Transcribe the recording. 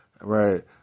Right